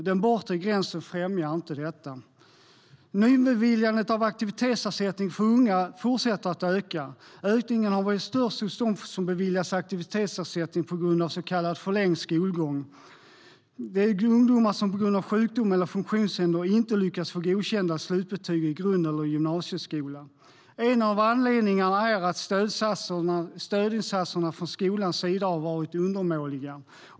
Den bortre gränsen främjar inte detta. Nybeviljandet av aktivitetsersättning för unga fortsätter att öka. Ökningen har varit störst hos dem som beviljats aktivitetsersättning på grund av så kallad förlängd skolgång. Det är ungdomar som på grund av sjukdom eller funktionshinder inte lyckats få godkända slutbetyg i grund eller gymnasieskola. En av anledningarna är att stödinsatserna från skolans sida har varit undermåliga.